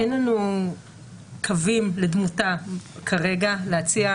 אין לנו קווים לדמותה כרגע להציע,